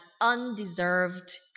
undeserved